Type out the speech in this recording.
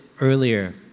earlier